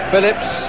Phillips